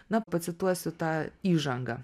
na pacituosiu tą įžangą